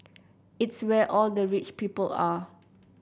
it's where all the rich people are